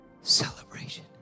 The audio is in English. Celebration